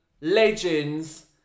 Legends